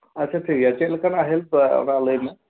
ᱟᱪᱪᱷᱟ ᱴᱷᱤᱠᱜᱮᱭᱟ ᱪᱮᱫᱞᱮᱠᱟᱱᱟᱜ ᱦᱮᱞᱯ ᱚᱱᱟ ᱞᱟᱹᱭ ᱢᱮ